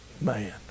man